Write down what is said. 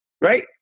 Right